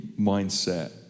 mindset